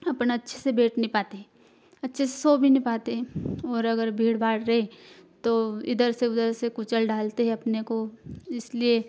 अपन अच्छे से बैठ नहीं पाते है अच्छे से सो भी नहीं पाते और अगर भीड़ भाड़ रे तो इधर से उधर से कुचल डालते है अपने को इसलिए